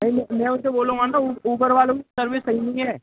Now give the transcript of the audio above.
नहीं मैं मैं उनसे बोलूँगा ना ऊबर वालों की सर्विस सही नहीं है